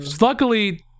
Luckily